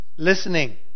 Listening